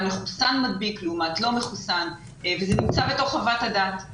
מחוסן מדביק לעומת לא מחוסן וזה נמצא בחוות הדעת.